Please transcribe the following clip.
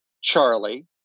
Charlie